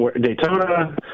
Daytona